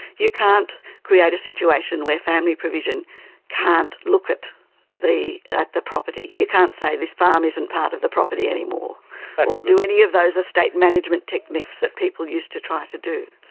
you can't create a situation where family provision can't look at the at the property. you can't say, this farm isn't part of the property anymore or do any of those estate management techniques that people used to try to do.